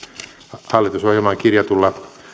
hallitusohjelmaan kirjatulla